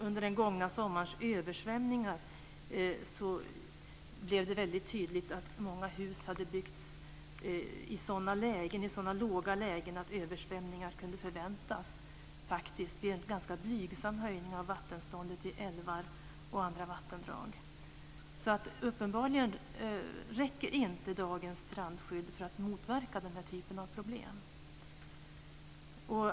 Under den gångna sommarens översvämningar blev det tydligt att många hus hade byggts i så låga lägen att översvämningar kunde förväntas vid en ganska blygsam höjning av vattenståndet i älvar och andra vattendrag. Uppenbarligen räcker inte dagens strandskydd för att motverka den typen av problem.